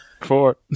Four